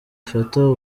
afata